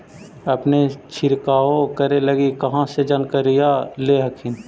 अपने छीरकाऔ करे लगी कहा से जानकारीया ले हखिन?